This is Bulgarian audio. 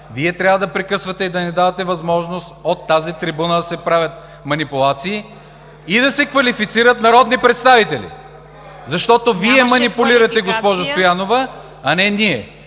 Вие трябва да прекъсвате и да не давате възможност от тази трибуна да се правят манипулации и да се квалифицират народни представители, защото Вие манипулирате, госпожо Стоянова, а не ние!